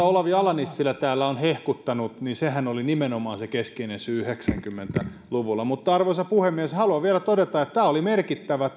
olavi ala nissilä täällä on hehkuttanut se oli nimenomaan se keskeinen syy yhdeksänkymmentä luvulla arvoisa puhemies haluan vielä todeta että tämä lausunto oli merkittävä